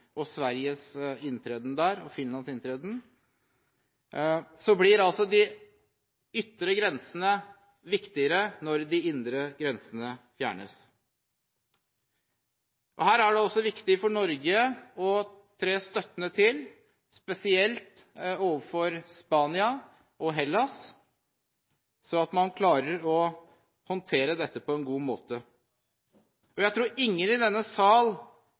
blir de ytre grensene viktigere når de indre grensene fjernes. Her er det også viktig for Norge å tre støttende til, spesielt overfor Spania og Hellas, slik at man klarer å håndtere dette på en god måte. Jeg tror ingen i denne sal